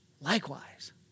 likewise